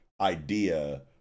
idea